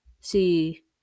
see